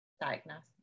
diagnosis